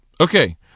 Okay